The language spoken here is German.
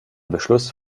beschluss